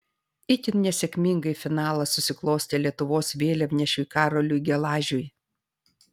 itin nesėkmingai finalas susiklostė lietuvos vėliavnešiui karoliui gelažiui